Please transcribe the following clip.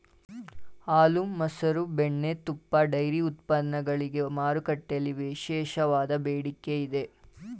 ಹಾಲು, ಮಸರು, ಬೆಣ್ಣೆ, ತುಪ್ಪ, ಡೈರಿ ಉತ್ಪನ್ನಗಳಿಗೆ ಮಾರುಕಟ್ಟೆಯಲ್ಲಿ ವಿಶೇಷವಾದ ಬೇಡಿಕೆ ಇದೆ